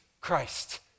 Christ